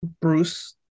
bruce